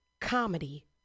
Comedy